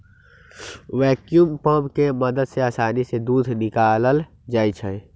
vacuum pump के मदद से आसानी से दूध निकाकलल जाइ छै